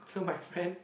so my friend